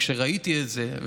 כשראיתי את זה,